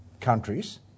countries